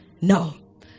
No